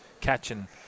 Catching